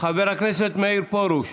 חבר הכנסת מאיר פרוש,